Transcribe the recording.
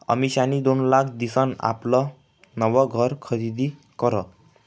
अमिषानी दोन लाख दिसन आपलं नवं घर खरीदी करं